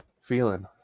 feeling